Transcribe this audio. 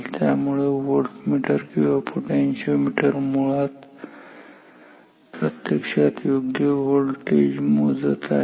त्यामुळे व्होल्टमीटर किंवा पोटेन्शिओमीटर मुळात प्रत्यक्षात योग्य व्होल्टेज मोजत आहे